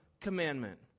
commandment